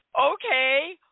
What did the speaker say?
okay